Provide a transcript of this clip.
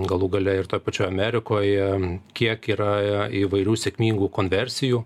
galų gale ir toj pačioj amerikoj kiek yra įvairių sėkmingų konversijų